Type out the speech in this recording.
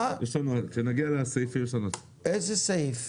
איזה סעיף?